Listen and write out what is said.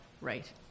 right